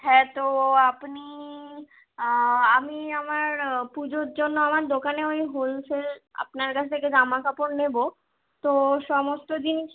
হ্যাঁ তো আপনি আমি আমার পুজোর জন্য আমার দোকানে ওই হোলসেল আপনার কাছ থেকে জামা কাপড় নেব তো সমস্ত জিনিস